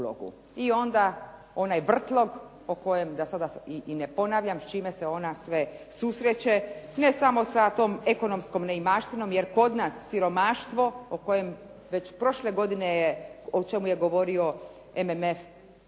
i onda onaj vrtlog o kojem da sada i ne ponavljam s čime se ona sve susreće, ne samo sa tom ekonomskom neimaštinom jer kod nas siromaštvo o kojem već prošle godine je o čemu je govorio MMF